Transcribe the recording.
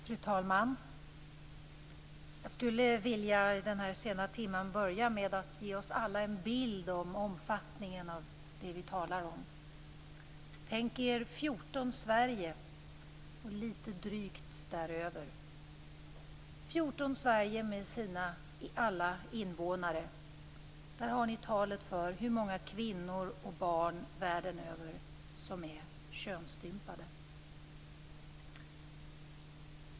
Fru talman! Jag skulle i denna sena timme vilja börja med att ge oss alla en bild av omfattningen av det som vi talar om. Tänk er 14 Sverige och lite till, 14 Sverige med alla sina invånare. Där har ni talet för hur många kvinnor och barn världen över som är könsstympade.